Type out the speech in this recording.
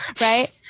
Right